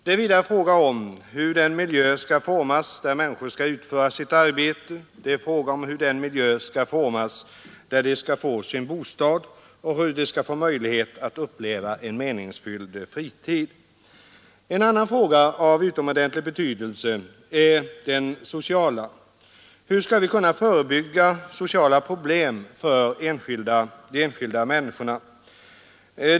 Det är vidare fråga om hur den miljö skall formas där människorna skall utföra sitt arbete. Det är fråga om hur den miljö skall formas där de skall få sin bostad och hur de skall få möjlighet att uppleva en meningsfylld fritid. En annan fråga av utomordentlig betydelse är den sociala. Hur skall vi kunna förebygga sociala problem för de enskilda människorna?